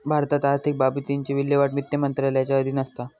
भारतात आर्थिक बाबतींची विल्हेवाट वित्त मंत्रालयाच्या अधीन असता